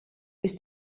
ist